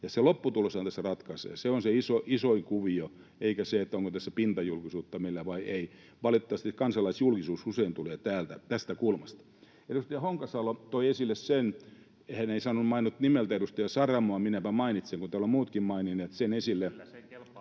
ja se lopputuloshan tässä ratkaisee. Se on se isoin kuvio eikä se, onko tässä pintajulkisuutta meillä vai ei. Valitettavasti kansalaisjulkisuus usein tulee täältä, tästä kulmasta. Edustaja Honkasalo toi esille — hän ei maininnut nimeltä edustaja Saramoa, minäpä mainitsen, kun täällä ovat muutkin maininneet sen. [Mikko Savola: Kyllä se kelpaa